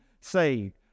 saved